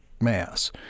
mass